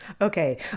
Okay